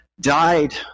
died